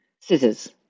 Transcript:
scissors